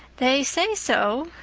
they say so,